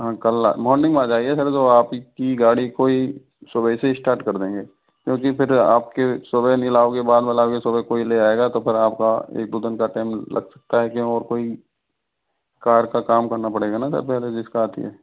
हाँ कल मॉर्निंग में आ जाइए सर तो आप की गाड़ी कोई सुबह से ही इस्टार्ट कर देंगे क्योंकि फिर आप के सुबह नहीं लाओगे बाद में लाओगे सुबह कोई ले आएगा तो फिर आप का एक दो दिन का टाइम लग सकता है कि और कोई कार का काम करना पड़ेगा ना सर पहले जिस का आती है